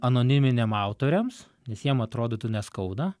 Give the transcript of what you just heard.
anoniminiam autoriams nes jiem atrodytų neskauda